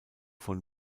von